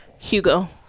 hugo